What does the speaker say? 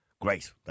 great